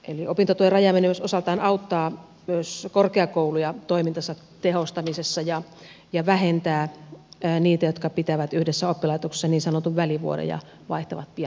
eli opintotuen rajaaminen osaltaan auttaa myös korkeakouluja toimintansa tehostamisessa ja vähentää niitä jotka pitävät yhdessä oppilaitoksessa niin sanotun välivuoden ja vaihtavat pian toiseen